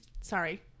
sorry